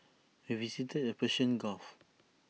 we visited the Persian gulf